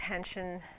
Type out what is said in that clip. attention